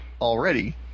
already